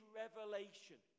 revelation